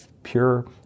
Pure